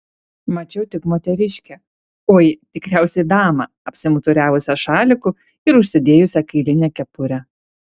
mačiau tik moteriškę oi tikriausiai damą apsimuturiavusią šaliku ir užsidėjusią kailinę kepurę